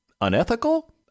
unethical